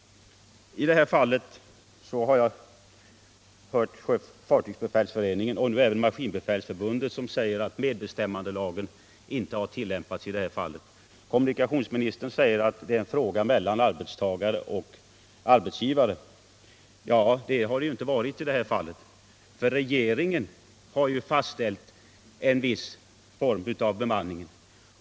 I det här fallet har jag hört såväl Sveriges fartygsbefälsförening som Svenska maskinbefälsförbundet säga att medbestämmandelagen inte har tillämpats. Kommunikationsministern anser att detta är en fråga mellan arbetstagare och arbetsgivare. Men så har det ju inte varit i detta fall. Regeringen har fastställt en viss form av bemanning.